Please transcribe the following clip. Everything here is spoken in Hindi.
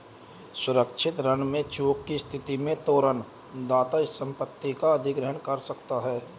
सुरक्षित ऋण में चूक की स्थिति में तोरण दाता संपत्ति का अधिग्रहण कर सकता है